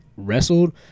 wrestled